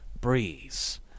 Breeze